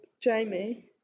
Jamie